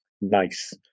Nice